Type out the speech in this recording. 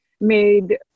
made